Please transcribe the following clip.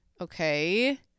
Okay